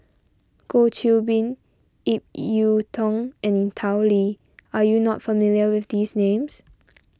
Goh Qiu Bin Ip Yiu Tung and Tao Li are you not familiar with these names